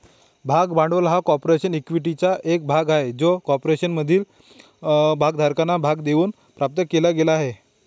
भाग भांडवल हा कॉर्पोरेशन इक्विटीचा एक भाग आहे जो कॉर्पोरेशनमधील भागधारकांना भाग देऊन प्राप्त केला गेला आहे